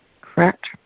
correct